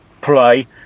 play